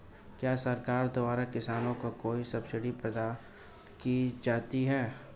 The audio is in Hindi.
क्या सरकार द्वारा किसानों को कोई सब्सिडी प्रदान की जाती है?